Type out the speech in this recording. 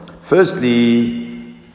Firstly